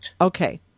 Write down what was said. Okay